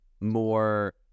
more